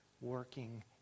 working